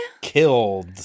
Killed